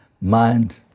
mind